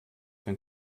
den